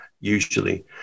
usually